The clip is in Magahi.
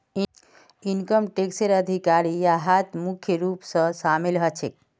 इनकम टैक्सेर अधिकारी यहात मुख्य रूप स शामिल ह छेक